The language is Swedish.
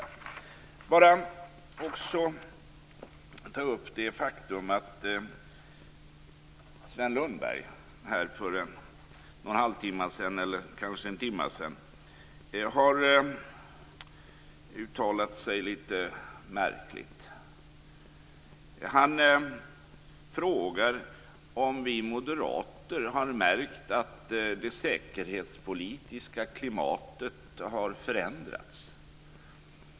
Jag vill bara också ta upp det faktum att Sven Lundberg för en timme sedan har uttalat sig litet märkligt. Han frågar om vi moderater har märkt att det säkerhetspolitiska klimatet har förändrats.